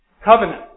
Covenant